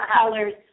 colors